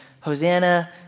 Hosanna